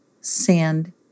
sand